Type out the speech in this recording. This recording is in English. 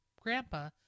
grandpa